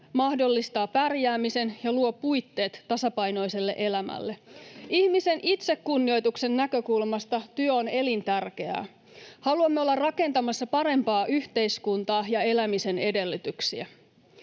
mahdollistaa pärjäämisen ja luo puitteet tasapainoiselle elämälle. [Jussi Saramon välihuuto] Ihmisen itsekunnioituksen näkökulmasta työ on elintärkeää. Haluamme olla rakentamassa parempaa yhteiskuntaa ja elämisen edellytyksiä.